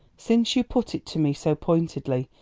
since you put it to me so pointedly,